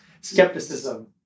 skepticism